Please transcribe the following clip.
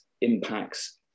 impacts